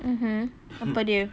mmhmm apa dia